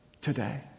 today